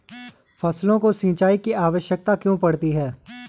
फसलों को सिंचाई की आवश्यकता क्यों पड़ती है?